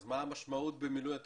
אז מה המשמעות במילוי הטופס?